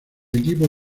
equipo